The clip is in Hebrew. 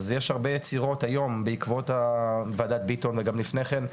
אז יש הרבה יצירות היום בעקבות וועדת ביטון וגם לפני כן,